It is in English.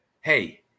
hey